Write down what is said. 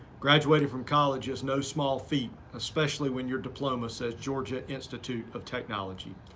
graduating from college is no small feat, especially when your diploma, says georgia institute of technology.